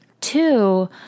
Two